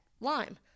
lime